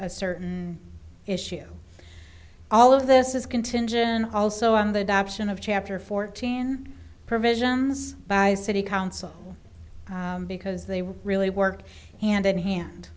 a certain issue all of this is contingent also on the adoption of chapter fourteen provisions by city council because they really work hand in hand